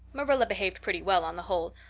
marilla behaved pretty well on the whole,